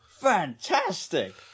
fantastic